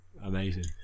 amazing